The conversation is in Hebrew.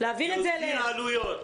להוזיל עלויות.